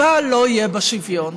אבל לא יהיה בה שוויון,